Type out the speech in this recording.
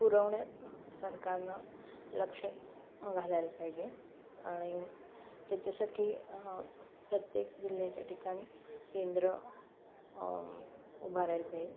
पुरवण्यात सरकारने लक्ष घालायला पाहिजे आणि त्यासाठी प्रत्येक जिल्ह्याच्या ठिकाणी केंद्र उभारायला पाहिजे